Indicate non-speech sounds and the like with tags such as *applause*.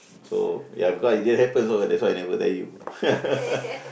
so ya because it didn't happen so that's why I never tell you *laughs*